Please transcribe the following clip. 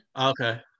Okay